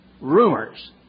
Rumors